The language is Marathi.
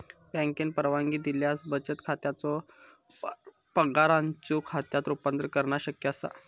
बँकेन परवानगी दिल्यास बचत खात्याचो पगाराच्यो खात्यात रूपांतर करणा शक्य असा